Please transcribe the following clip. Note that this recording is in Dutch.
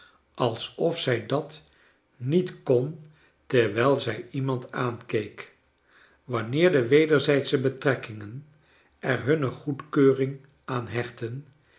alsof zij dat niet kon terwijl zrj iemand aankeek wanneer de wederzijdsche betrekkingen er hunne goedkeuring aan hechten